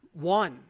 one